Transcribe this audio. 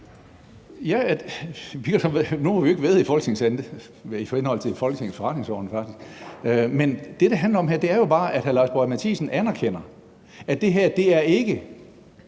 fald ikke i henhold til Folketingets forretningsorden. Men det, det handler om her, er jo bare, at hr. Lars Boje Mathiesen anerkender, at det her ikke